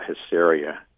hysteria